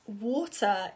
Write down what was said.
Water